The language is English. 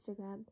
Instagram